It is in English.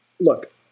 look